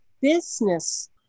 business